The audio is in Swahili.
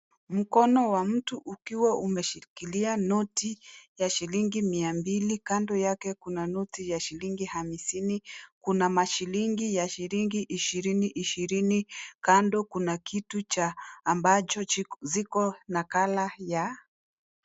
Mkono wa mtu ukiwa umeshikilia noti ya shilingi mia mbili, kando yake kuna noti ya shilingi hamsini. Kuna mashilingi ya shilingi ishirini ishirini. Kando kuna kitu cha, ambacho ziko na Kala ya.